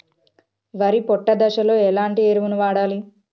వరి పొట్ట దశలో ఎలాంటి ఎరువును వాడాలి?